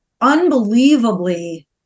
unbelievably